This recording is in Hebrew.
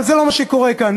אבל זה לא מה שקורה כאן.